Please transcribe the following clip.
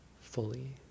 fully